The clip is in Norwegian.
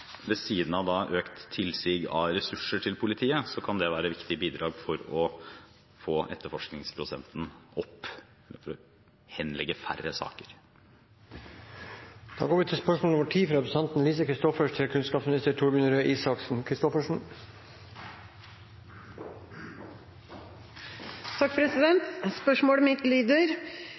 Ved siden av økt tilsig av ressurser til politiet kan det være viktige bidrag for å få etterforskningsprosenten opp, altså å henlegge færre saker. Spørsmålet mitt lyder: «I rapport av juni 2015 om handlingsplanen mot vold i nære relasjoner viser regjeringen til